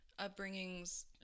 upbringings